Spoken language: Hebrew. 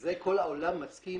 וזה כל העולם מסכים